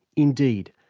indeed,